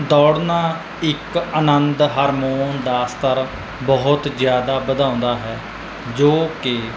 ਦੌੜਨਾ ਇੱਕ ਆਨੰਦ ਹਰਮੋਨ ਦਾ ਸਤਰ ਬਹੁਤ ਜ਼ਿਆਦਾ ਵਧਾਉਂਦਾ ਹੈ ਜੋ ਕਿ